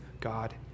God